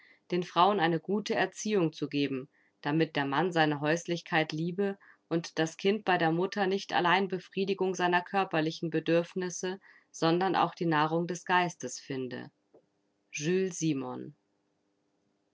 den frauen eine gute erziehung zu geben damit der mann seine häuslichkeit liebe und das kind bei der mutter nicht allein befriedigung seiner körperlichen bedürfnisse sondern auch die nahrung des geistes finde jules simon